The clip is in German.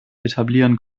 etablieren